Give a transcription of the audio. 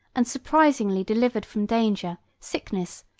and surprisingly delivered from danger, sickness,